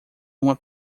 uma